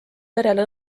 perele